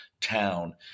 town